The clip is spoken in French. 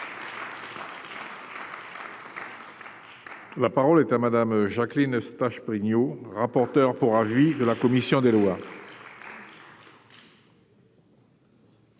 La parole est à Madame Jacqueline Eustache-Brinio, rapporteur pour avis de la commission des lois.